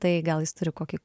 tai gal jis turi kokį